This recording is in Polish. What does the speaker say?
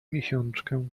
miesiączkę